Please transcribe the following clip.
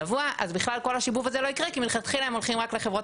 שבוע אז בכלל השיבוב הזה לא יקרה כי מלכתחילה הם הולכים רק לחברות